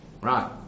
Right